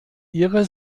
ihrer